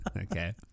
Okay